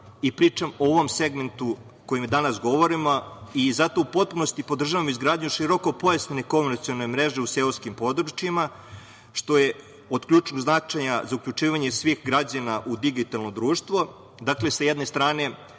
i pričam o ovom segmentu o kojim danas govorimo. Zato u potpunosti podržavam izgradnju širokopojasne komunikacione mreže u seoskim područjima što je od ključnog značaja za uključivanje svih građana u digitalno društvo. Dakle, sa jedne strane,